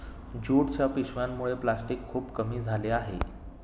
ज्यूटच्या पिशव्यांमुळे प्लॅस्टिक खूप कमी झाले आहे